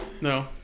No